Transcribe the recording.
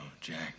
Jack